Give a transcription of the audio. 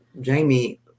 Jamie